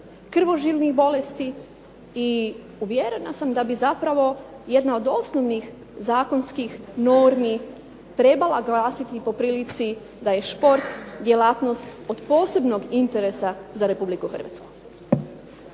krvožilnih bolesti. I uvjerena sam da bi zapravo jedna od osnovnih zakonskih normi trebala glasiti po prilici da je šport djelatnost od posebnog interesa za Republiku Hrvatsku.